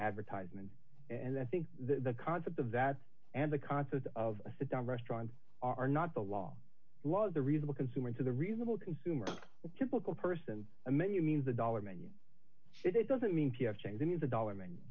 advertisement and i think the concept of that and the concept of a sit down restaurants are not the law was the reason the consumer into the reasonable consumer typical person a menu means a dollar menu it doesn't mean p f chang's any of the do